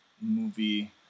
movie